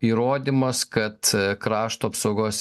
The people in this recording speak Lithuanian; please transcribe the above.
įrodymas kad krašto apsaugos